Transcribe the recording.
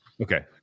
Okay